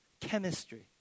chemistry